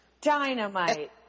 Dynamite